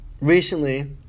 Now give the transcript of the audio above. Recently